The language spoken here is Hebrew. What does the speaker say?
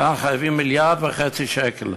כאן חייבים מיליארד וחצי שקל.